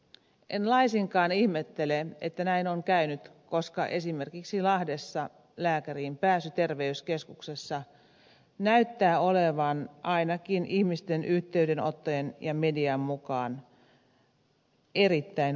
en laisinkaan ihmettele että näin on käynyt koska esimerkiksi lahdessa lääkäriin pääsy terveyskeskuksessa näyttää olevan ainakin ihmisten yhteydenottojen ja median mukaan erittäin vaikeaa